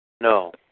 No